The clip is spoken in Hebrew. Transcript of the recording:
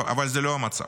אבל זה לא המצב.